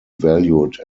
valued